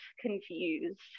confused